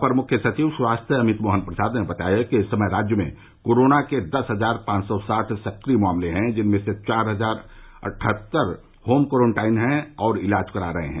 अपर मुख्य सचिव स्वास्थ्य अमित मोहन प्रसाद ने बताया कि इस समय राज्य में कोरोना के दस हजार पांच सौ साठ सक्रिय मामले हैं जिनमें चार हजार अट्ठारह होम कोरेनटाइन हैं और इलाज करा रहे हैं